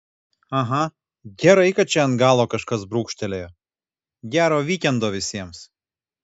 aha gerai kad čia ant galo kažkas brūkštelėjo gero vykendo visiems